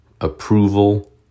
approval